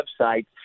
website